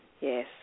Yes